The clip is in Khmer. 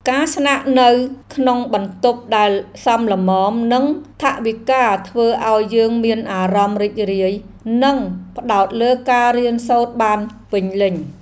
ការស្នាក់នៅក្នុងបន្ទប់ដែលសមល្មមនឹងថវិកាធ្វើឱ្យយើងមានអារម្មណ៍រីករាយ និងផ្តោតលើការរៀនសូត្របានពេញលេញ។